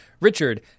Richard